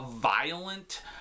violent